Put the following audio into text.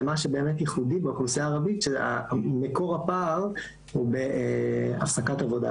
מה שבאמת ייחודי באוכלוסייה הערבית שמקור הפער הוא בהפסקת עבודה,